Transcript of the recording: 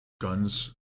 guns